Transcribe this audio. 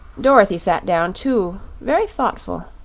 dorothy sat down, too, very thoughtful.